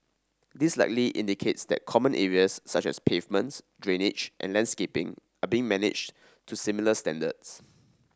this likely indicates that common areas such as pavements drainage and landscaping are being managed to similar standards